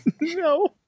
No